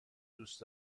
دوست